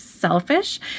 selfish